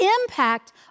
impact